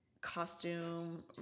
costume